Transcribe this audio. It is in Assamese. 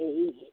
এই